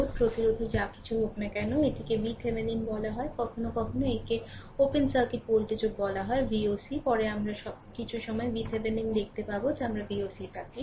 load প্রতিরোধের যা কিছু হোক না কেন এবং এটিকে vThevenin বলা হয় কখনও কখনও একে ওপেন সার্কিট ভোল্টেজও বলা হয় voc পরে আমরা কিছু সময় vThevenin দেখতে পাব যা আমরা voc ডাকি